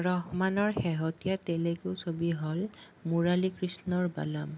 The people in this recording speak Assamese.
ৰহমানৰ শেহতীয়া তেলেগু ছবি হ'ল মুৰালীকৃষ্ণৰ বালাম